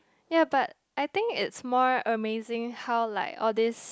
ya but I think it's more amazing how like all these